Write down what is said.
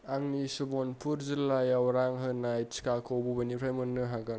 आंनि सुवर्नपुर जिल्लायाव रां होनाय टिकाखौ बबेनिफ्राय मोननो हागोन